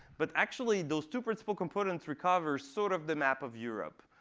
but actually, those two principal components recover sort of the map of europe.